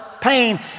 pain